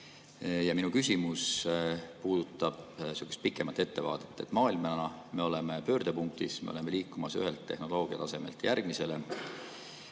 Minu küsimus puudutab sihukest pikemat ettevaadet. Maailmana me oleme pöördepunktis, me oleme liikumas ühelt tehnoloogiatasemelt järgmisele.